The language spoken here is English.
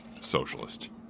socialist